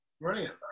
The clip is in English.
brilliant